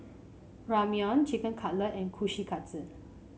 Ramyeon Chicken Cutlet and Kushikatsu